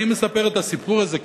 אני מספר את הסיפור הזה,